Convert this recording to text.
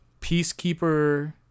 Peacekeeper